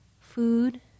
food